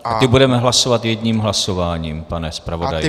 Ty budeme hlasovat jedním hlasováním, pane zpravodaji.